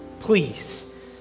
Please